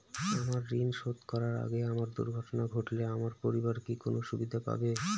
আমার ঋণ শোধ করার আগে আমার দুর্ঘটনা ঘটলে আমার পরিবার কি কোনো সুবিধে পাবে?